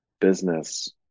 business